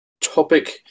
topic